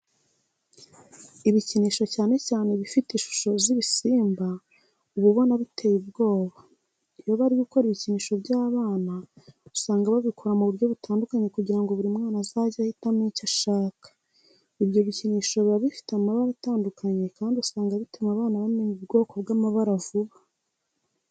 Ibikinisho cyane cyane ibifite ishusho z'ibisimba uba ubona biteye ubwoba. Iyo bari gukora ibikinisho by'abana usanga babikora mu buryo butandukanye kugira ngo buri mwana azajye ahitamo icyo ashaka. Ibyo bikinisho biba bifite amabara atandukanye kandi usanga bituma abana bamenya ubwoko bw'amabara vuba.